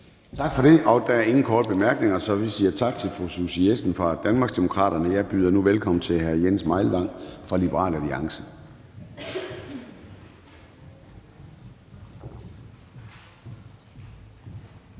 Tak for det. Der er ingen korte bemærkninger, så vi siger tak til fru Susie Jessen fra Danmarksdemokraterne. Jeg byder nu velkommen til hr. Jens Meilvang fra Liberal Alliance.